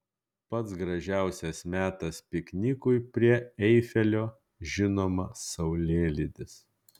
pats gražiausias metas piknikui prie eifelio žinoma saulėlydis